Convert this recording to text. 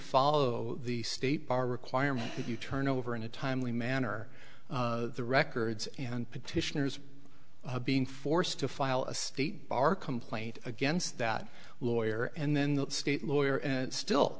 follow the state bar requirement that you turn over in a timely manner the records and petitioners being forced to file a state bar complaint against that lawyer and then the state lawyer and still